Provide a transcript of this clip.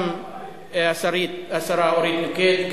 גם השרה אורית נוקד,